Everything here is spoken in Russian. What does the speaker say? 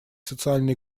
социально